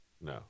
No